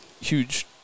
huge